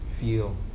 feel